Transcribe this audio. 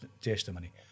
testimony